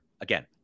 Again